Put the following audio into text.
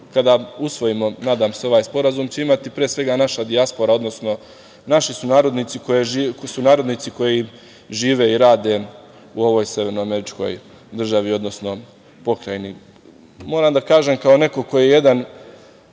kada usvojimo nadam se ovaj sporazum, će imati pre svega naša dijaspora, odnosno naši sunarodnici koji žive i rade u ovoj severnoameričkoj državi, odnosno pokrajini. Moram da kažem kao neko ko je jedan